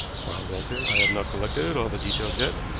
quarles answered. i have not collected all the details yet,